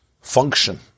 function